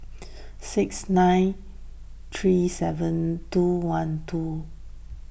six nine three seven two one two